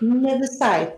ne visai